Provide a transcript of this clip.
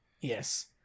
Yes